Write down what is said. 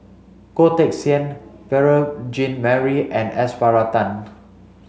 Goh Teck Sian Beurel Jean Marie and S Varathan